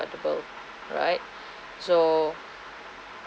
right so